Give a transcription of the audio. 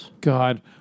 God